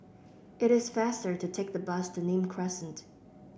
it is faster to take the bus to Nim Crescent